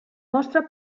mostra